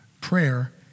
Prayer